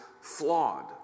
flawed